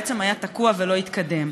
בעצם היה תקוע ולא התקדם.